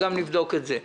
נבדוק גם את זה,